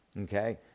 Okay